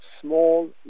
small